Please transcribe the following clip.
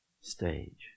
stage